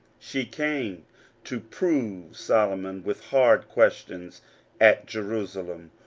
she came to prove solomon with hard questions at jerusalem,